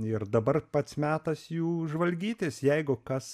ir dabar pats metas jų žvalgytis jeigu kas